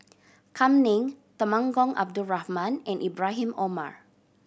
Kam Ning Temenggong Abdul Rahman and Ibrahim Omar